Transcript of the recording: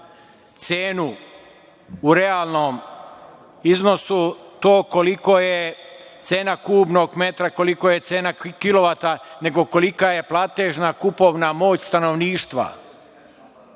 cenu u realnom iznosu to kolika je cena kubnog metra, kolika je cena kilovata, nego kolika je platežna, kupovna moć stanovništva. Vi